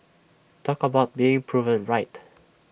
talk about being proven right